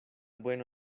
bueno